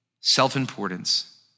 self-importance